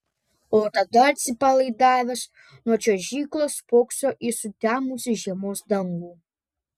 o tada atsipalaidavęs nuo čiuožyklos spokso į sutemusį žiemos dangų